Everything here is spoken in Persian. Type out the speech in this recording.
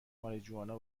ماریجوانا